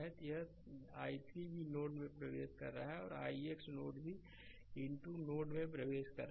तो यह i3 भी नोड में प्रवेश कर रहा है और ix नोड भी नोड में प्रवेश कर रहा है